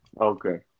Okay